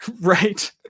right